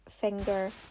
finger